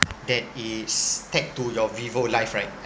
that is tagged to your vivo life right